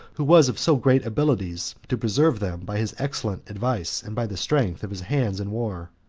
who was of so great abilities to preserve them by his excellent advice, and by the strength of his hands in war.